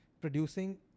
producing